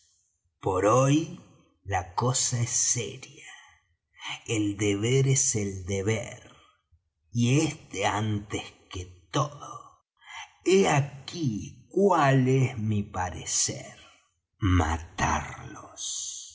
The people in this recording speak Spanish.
por hoy la cosa es seria el deber es el deber y este antes que todo he aquí cual es mi parecer matarlos